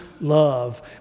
love